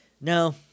No